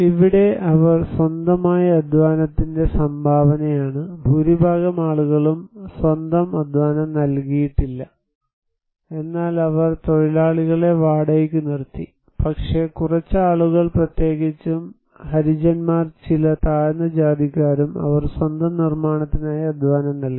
ഇവിടെ അവർ സ്വന്തമായി അധ്വാനത്തിന്റെ സംഭാവനയാണ് ഭൂരിഭാഗം ആളുകളും സ്വന്തം അധ്വാനം നൽകിയിട്ടില്ല എന്നാൽ അവർ തൊഴിലാളികളെ വാടകയ്ക്ക് നിർത്തി പക്ഷേ കുറച്ച് ആളുകൾ പ്രത്യേകിച്ചും ഹരിജന്മാരും ചില താഴ്ന്ന ജാതിക്കാരും അവർ സ്വന്തം നിർമ്മാണത്തിനായി അധ്വാനം നൽകി